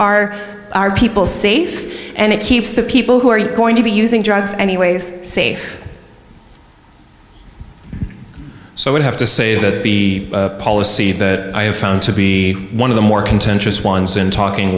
our people safe and it keeps the people who are going to be using drugs anyways safe so we have to say that the policy that i have found to be one of the more contentious ones in talking